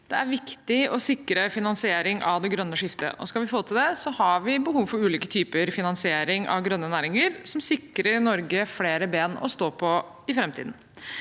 Det er viktig å sikre finansiering av det grønne skiftet, og skal vi få til det, har vi behov for ulike typer finansiering av grønne næringer som sikrer Norge flere bein å stå på i framtiden.